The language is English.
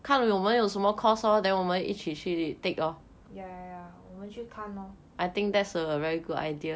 yeah yeah yeah 我们去看 lor